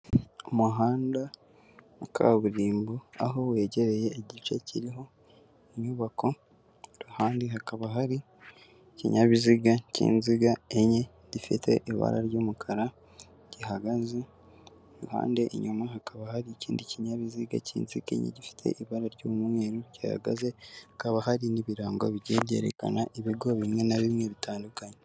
Umuhanda wa kaburimbo, aho wegereye igice kiriho inyubako, ku ruhande hakaba hari ikinyabiziga cy'inziga enye gifite ibara ry'umukara gihagaze, iruhande inyuma hakaba hari ikindi kinyabiziga cy'inziga enye gifite ibara ry'umweru gihagaze, hakaba hari n'ibirango bigiye byerekana ibigo bimwe na bimwe bitandukanye.